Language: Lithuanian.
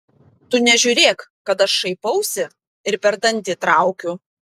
tu nežiūrėk kad aš šaipausi ir per dantį traukiu